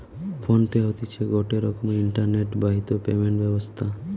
phone pay হতিছে গটে রকমের ইন্টারনেট বাহিত পেমেন্ট ব্যবস্থা